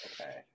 Okay